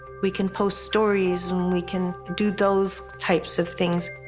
we can post stories and we can do those types of things.